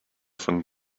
von